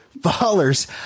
Ballers